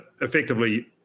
effectively